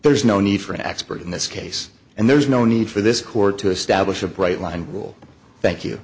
there's no need for an expert in this case and there's no need for this court to establish a bright line rule thank you